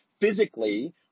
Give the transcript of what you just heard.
Physically